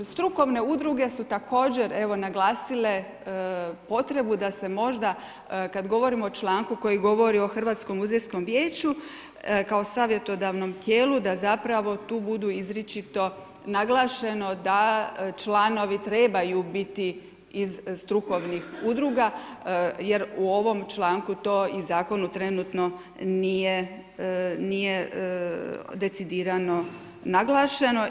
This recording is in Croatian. Strukovne udruge su također naglasile potrebu da se možda kada govorimo o članku koji govori o Hrvatskom muzejskom vijeću kao savjetodavnom tijelu da tu budu izričito naglašeno da članovi trebaju biti iz strukovnih udruga jer u ovom članku to i zakonu trenutno nije decidirano naglašeno.